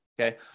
Okay